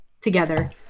together